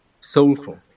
soulful